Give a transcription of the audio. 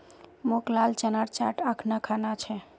मोक लाल चनार चाट अखना खाना छ